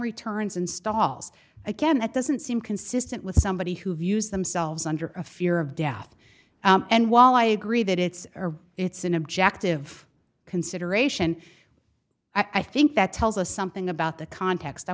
returns and stalls again that doesn't seem consistent with somebody who views themselves under a fear of death and while i agree that it's or it's an objective consideration i think that tells us something about the context i